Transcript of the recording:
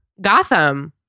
Gotham